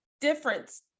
difference